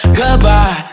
goodbye